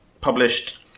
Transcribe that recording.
Published